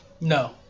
No